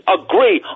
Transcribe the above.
agree